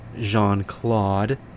Jean-Claude